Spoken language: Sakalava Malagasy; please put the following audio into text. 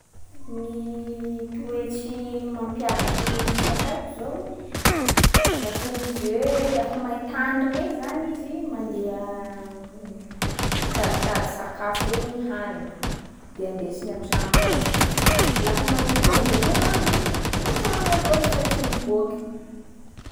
Ny toetsy mampiavaky ny ours haiko zao, lafa izy hoe lafa main-tany regny zany izy mandeha mitaditady sakafo regny haniny. De andesiny an-tragnony ao. Laha manintsy am’izay koa gn'andro, an-tragnony avao izy fa tsy miboaky.